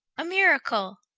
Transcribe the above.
a miracle.